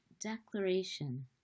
declaration